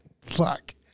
fuck